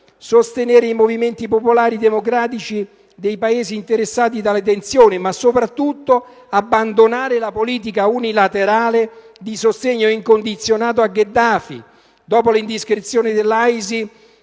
sostenere i movimenti popolari democratici dei Paesi interessati dalle tensioni; e infine e soprattutto abbandonare la politica unilaterale di sostegno incondizionato a Gheddafi, dopo le indiscrezioni dell'AISI